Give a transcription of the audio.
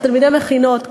תלמידי מכינות,